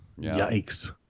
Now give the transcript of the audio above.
Yikes